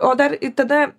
o dar tada